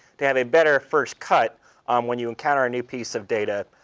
to have a better first cut um when you encounter a new piece of data,